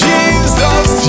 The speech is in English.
Jesus